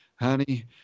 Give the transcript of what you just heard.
Honey